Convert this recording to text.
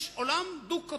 יש עולם דו-קוטבי,